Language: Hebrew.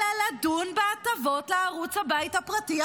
אלא לדון בהטבות לערוץ הבית הפרטי,